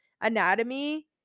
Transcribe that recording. anatomy